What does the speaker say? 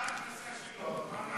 מה ההכנסה שלו?